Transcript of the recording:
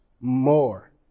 more